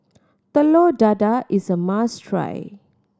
Telur Dadah is a must try